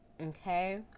okay